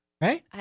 right